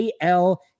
AL